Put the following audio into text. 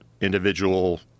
individual